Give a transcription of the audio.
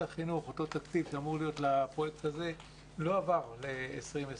החינוך שאמור להיות לפרויקט הזה לא עבר ב-2020.